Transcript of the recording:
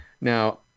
Now